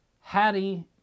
Hattie